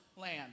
land